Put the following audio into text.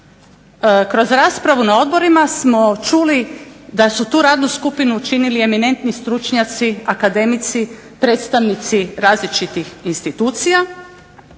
Kroz raspravu na odborima smo čuli da su tu radnu skupinu činili eminentni stručnjaci, akademici, predstavnici različitih institucija.